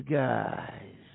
guys